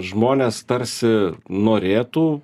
žmonės tarsi norėtų